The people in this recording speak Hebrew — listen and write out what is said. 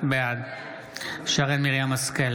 בעד שרן מרים השכל,